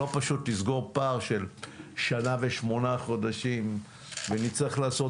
לא פשוט לסגור פער של שנה ושמונה חודשים ונצטרך לעשות